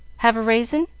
have a raisin?